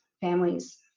families